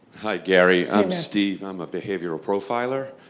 hi gary, i'm steve. i'm a behavioral profiler.